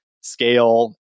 scale